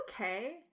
okay